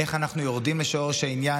איך אנחנו יורדים לשורש העניין,